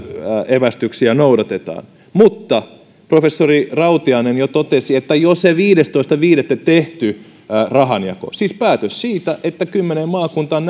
evästyksiä noudatetaan professori rautiainen jo totesi että jo se viidestoista viidettä tehty rahanjako siis päätös siitä että kymmeneen maakuntaan